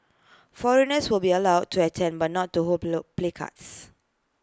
foreigners will be allowed to attend but not to hold placards